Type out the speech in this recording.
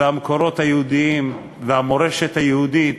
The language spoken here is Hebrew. והמקורות היהודיים והמורשת היהודית,